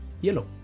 yellow